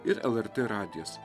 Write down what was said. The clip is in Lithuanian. ir lrt radijas